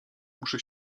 muszę